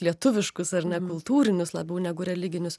lietuviškus ar ne kultūrinius labiau negu religinius